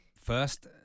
first